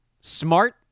Smart